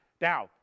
Now